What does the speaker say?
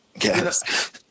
yes